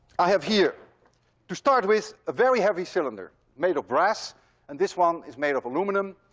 i have here to start with a very heavy cylinder made of brass and this one is made of aluminum.